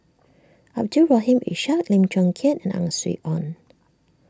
Abdul Rahim Ishak Lim Chong Keat and Ang Swee Aun